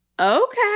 Okay